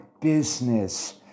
business